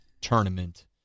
tournament